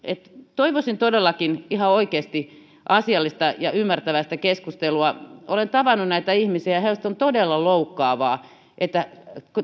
toivoisin todellakin ihan oikeasti asiallista ja ymmärtäväistä keskustelua olen tavannut näitä ihmisiä ja heistä on todella loukkaavaa että